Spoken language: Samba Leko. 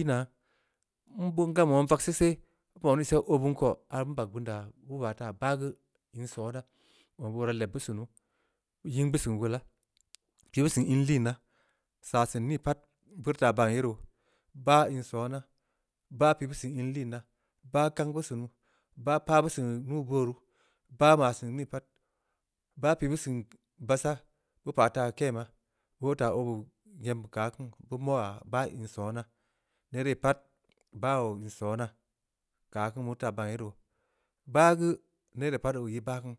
inaa. nbeun gameu wong vagsii seh, obeun koo, aah rii nbag beun ya. beu ba taa bah geu, in sonaa. ob oraa leb beu sunu, nying beu siin wola, pii beu siin in liinaa. saa seun nii pt. beu teu taa ban ye roo. bah in sona, bah pii beu seun in liinaa, bah kang beu sunu, bah pah beu seun nuubooruu, bah maa seun nii pat, bah pii beu seun bassaah, beu pah taa keu kena. woo taa oo beh nyem keu aah kiin. beu moya bah, bah in sona. nere pat, bah oo in sona. keu aah kiin meu teu baan ye roo. bah geu, ner pat oo ii ba kunu,